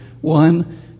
one